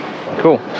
Cool